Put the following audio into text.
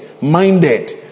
minded